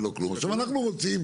אנחנו רוצים